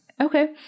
Okay